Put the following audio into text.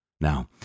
Now